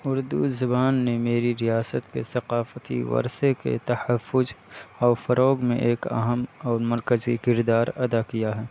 اردو زبان نے میری ریاست کے ثقافتی ورثے کے تحفظ اور فروغ میں ایک اہم اور مرکزی کردار ادا کیا ہے